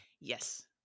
Yes